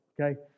okay